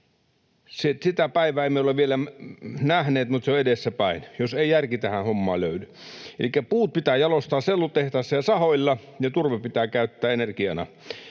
Sitä päivää emme ole vielä nähneet, mutta se on edessäpäin, jos ei järki tähän hommaan löydy. Elikkä puu pitää jalostaa sellutehtaassa ja sahoilla, ja turve pitää käyttää energiana.